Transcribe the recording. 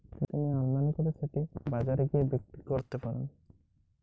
অনলাইনে আমদানীকৃত যন্ত্র একজন কৃষক কিভাবে ব্যবহার করবেন?